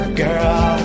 girl